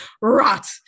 Rot